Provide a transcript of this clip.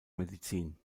medizin